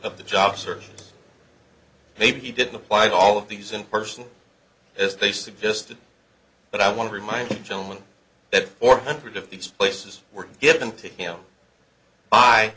of the job search maybe he didn't apply all of these in person as they suggested but i want to remind the gentleman that four hundred of these places were given to him by